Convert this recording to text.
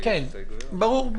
ברור.